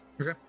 Okay